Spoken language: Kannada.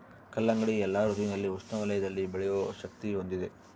ಕಲ್ಲಂಗಡಿ ಎಲ್ಲಾ ಋತುವಿನಲ್ಲಿ ಉಷ್ಣ ವಲಯದಲ್ಲಿ ಬೆಳೆಯೋ ಶಕ್ತಿ ಹೊಂದಿದೆ